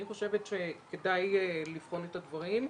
אני חושבת שכדאי לבחון את הדברים.